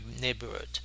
neighborhood